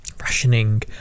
rationing